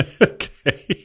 Okay